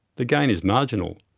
the gain is marginal.